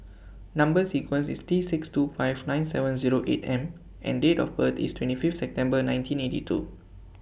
Number sequence IS T six two five nine seven Zero eight M and Date of birth IS twenty five September nineteen eighty two